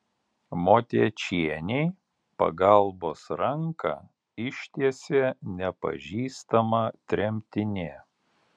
motiečienei pagalbos ranką ištiesė nepažįstama tremtinė